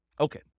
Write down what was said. Okay